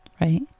right